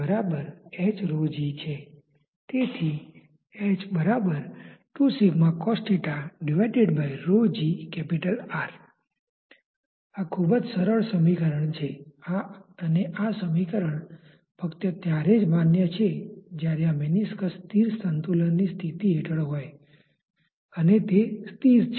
આ સમીકરણ ખૂબ જ સરળ છે અને આ સમીકરણ ફક્ત ત્યારે જ માન્ય છે જ્યારે આ મેનિસ્કસ સ્થિર સંતુલનની સ્થિતિ હેઠળ હોય અને તે સ્થિર છે